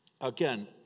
Again